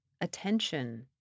attention